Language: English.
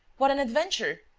what an adventure.